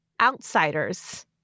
outsiders